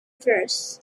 verse